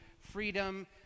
freedom—